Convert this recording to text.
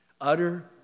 utter